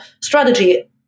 strategy